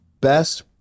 best